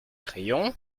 crayon